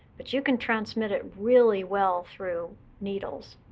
but you can transmit it really well through needles,